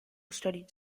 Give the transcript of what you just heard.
studied